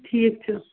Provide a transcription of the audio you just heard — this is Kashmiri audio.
ٹھیٖک چھُ